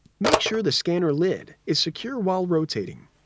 make sure the scanner lid is secure while rotating.